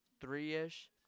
three-ish